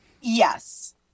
Yes